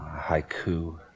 Haiku